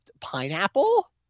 pineapple